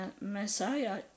messiah